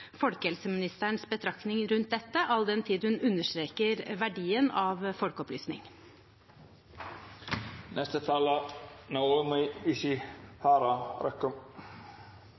folkehelseministerens betraktninger rundt dette, all den tid hun understreker verdien av